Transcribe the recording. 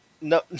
no